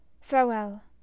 Farewell